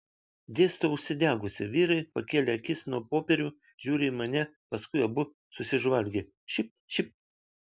dėstau užsidegusi vyrai pakėlė akis nuo popierių žiūri į mane paskui abu susižvalgė šypt šypt